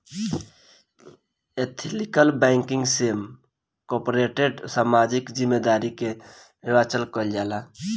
ethical banking से corporate सामाजिक जिम्मेदारी के निर्वाचन कईल जाला